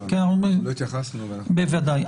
לא התייחסנו --- בוודאי.